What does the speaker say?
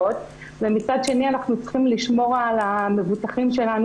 ומצד שני אנחנו צריכים לשמור על המבוטחים שלנו